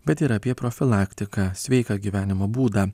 bet ir apie profilaktiką sveiką gyvenimo būdą